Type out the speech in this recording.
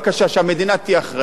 זאת כל הבקשה שלי.